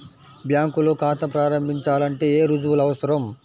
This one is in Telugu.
బ్యాంకులో ఖాతా ప్రారంభించాలంటే ఏ రుజువులు అవసరం?